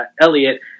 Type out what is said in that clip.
Elliot